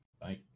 Bye